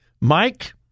Mike